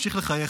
ממשיך לחייך,